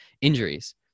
injuries